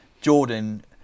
Jordan